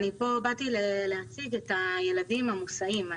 באתי לכאן להציג את הילדים המוסעים.